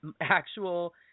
actual